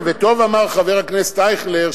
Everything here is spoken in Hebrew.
וטוב אמר חבר הכנסת אייכלר,